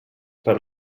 per